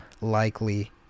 likely